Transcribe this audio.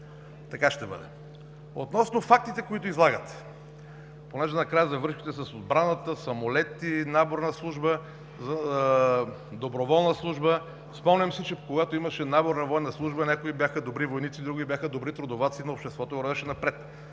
Така ще бъде! Относно фактите, които излагате, понеже накрая завършихте с отбраната, самолети, наборна служба, доброволна служба. Спомням си, че когато имаше наборна военна служба някои бяха добри войници, други бяха добри трудоваци, но обществото вървеше напред.